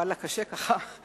קשה לי ככה.